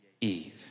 Eve